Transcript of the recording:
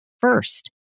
first